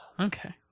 okay